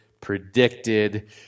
predicted